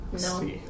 No